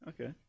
Okay